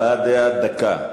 הבעת דעה, דקה,